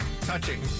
touching